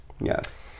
Yes